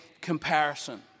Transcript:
comparison